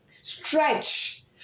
stretch